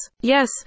Yes